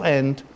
end